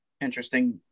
interesting